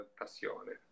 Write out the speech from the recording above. passione